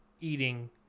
eating